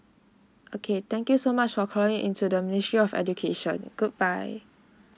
okay thank you so much for calling into the ministry of education goodbye